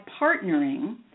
partnering